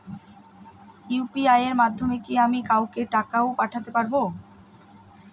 UPI এর মাধ্যমে কি আমি কাউকে টাকা ও পাঠাতে পারবো?